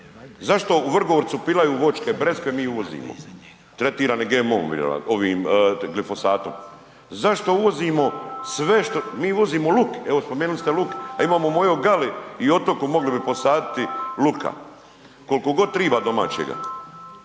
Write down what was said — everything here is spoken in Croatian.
Zašto u Vrgorcu pilaju voćke, breskve, mi uvozimo tretirane GMO-om, ovim, glifosatom. Zašto uvozimo sve što, mi uvozimo luk, evo spomenuli ste luk, a imamo u mojoj .../Govornik se ne razumije./..., mogli bi posaditi luka, koliko god triba domaćega.